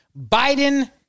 Biden